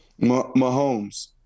Mahomes